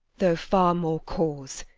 though far more cause,